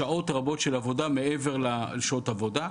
שעות רבות של עבודה מעבר לשעות העבודה.